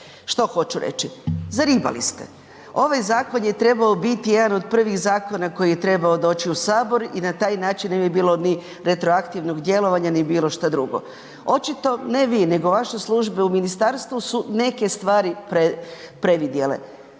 Što hoću reći? Zaribali ste. Ovaj zakon je trebao biti jedan od prvih zakona koji je trebao doći u sabor i na taj način ne bi bilo ni retroaktivnog djelovanja, ni bilo šta drugo. Očito, ne vi nego vaše službe u ministarstvu su neke stvari previdjele.